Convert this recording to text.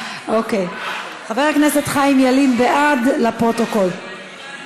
חבר הכנסת חיים ילין בעד, לפרוטוקול.